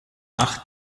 acht